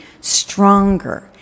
stronger